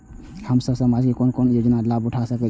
हम सब समाज के बीच कोन कोन योजना के लाभ उठा सके छी?